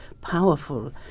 powerful